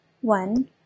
One